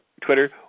Twitter